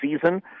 season